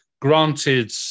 Granted